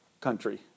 country